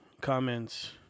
comments